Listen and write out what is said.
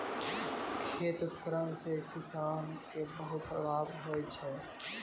खेत उपकरण से किसान के बहुत लाभ होलो छै